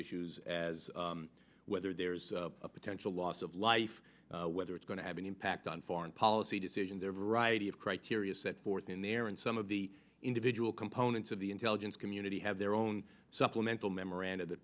issues as whether there's potential loss of life whether it's going to have an impact on foreign policy decisions there variety of criteria set forth in the air and some of the individual components of the intelligence community have their own supplemental memoranda that